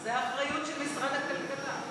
זה האחריות של משרד הכלכלה.